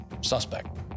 suspect